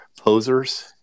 posers